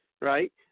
right